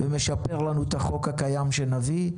ומשפר לנו את החוק הקיים שנביא,